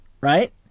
right